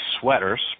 sweaters